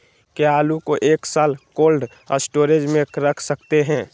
क्या आलू को एक साल कोल्ड स्टोरेज में रख सकते हैं?